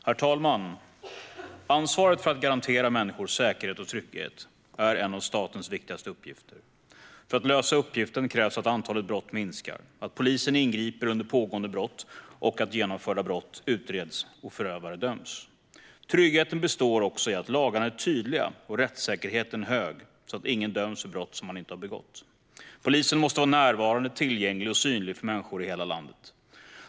Herr talman! Ansvaret för att garantera människor säkerhet och trygghet är en av statens viktigaste uppgifter. För att lösa uppgiften krävs att antalet brott minskar, att polisen ingriper under pågående brott och att genomförda brott utreds och förövare döms. Tryggheten består också i att lagarna är tydliga och rättssäkerheten hög så att ingen döms för brott som man inte har begått. Polisen måste vara närvarande, tillgänglig och synlig för människor i hela landet.